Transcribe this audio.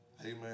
Amen